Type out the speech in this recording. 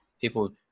people